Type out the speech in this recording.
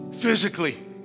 physically